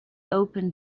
open